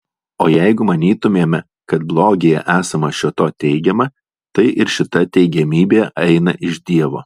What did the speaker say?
o jeigu manytumėme kad blogyje esama šio to teigiama tai ir šita teigiamybė eina iš dievo